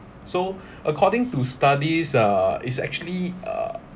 so according to studies uh is actually uh